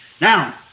Now